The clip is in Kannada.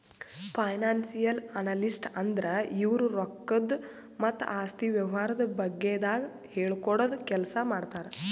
ಫೈನಾನ್ಸಿಯಲ್ ಅನಲಿಸ್ಟ್ ಅಂದ್ರ ಇವ್ರು ರೊಕ್ಕದ್ ಮತ್ತ್ ಆಸ್ತಿ ವ್ಯವಹಾರದ ಬಗ್ಗೆದಾಗ್ ಹೇಳ್ಕೊಡದ್ ಕೆಲ್ಸ್ ಮಾಡ್ತರ್